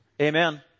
Amen